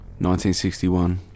1961